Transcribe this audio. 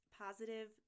positive